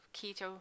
keto